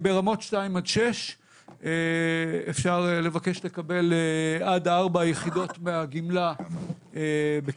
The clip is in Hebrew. ברמות 2 עד 6 אפשר לבקש לקבל עד ארבע יחידות מהגמלה בכסף.